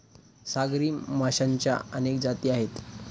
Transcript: सागरी माशांच्या अनेक जाती आहेत